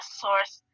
source